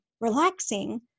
relaxing